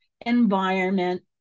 environment